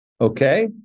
Okay